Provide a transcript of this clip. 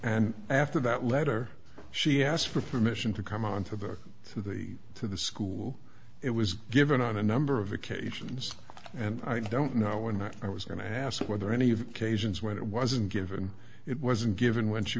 and after that letter she asked for permission to come on to the to the to the school it was given on a number of occasions and i don't know when i was going to ask whether any of cajuns when it wasn't given it wasn't given when she